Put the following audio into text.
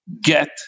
get